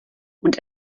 und